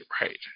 right